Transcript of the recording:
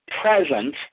present